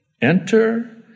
Enter